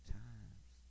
times